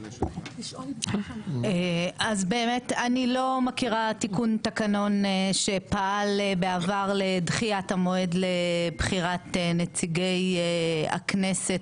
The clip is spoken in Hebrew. אני לא מכירה תיקון תקנון שפעל בעבר לדחיית המועד לבחירת נציגי הכנסת